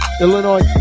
Illinois